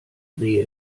rehe